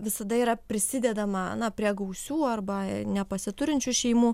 visada yra prisidedama na prie gausių arba nepasiturinčių šeimų